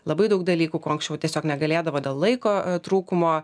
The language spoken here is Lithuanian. labai daug dalykų ko anksčiau tiesiog negalėdavo dėl laiko trūkumo